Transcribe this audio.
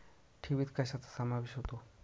ठेवीत कशाचा समावेश होतो?